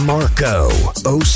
Marco